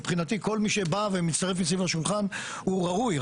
מבחינתי כל מי שבא ומצטרף סביב השולחן הוא ראוי,